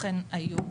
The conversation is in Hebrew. אכן היו,